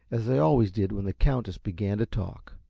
as they always did when the countess began to talk.